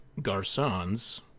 garçons